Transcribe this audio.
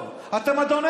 אני מדבר עליך.